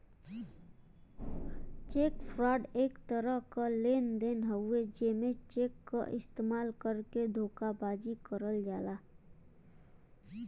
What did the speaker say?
check fraud एक तरह क लेन देन हउवे जेमे चेक क इस्तेमाल करके धोखेबाजी करल जाला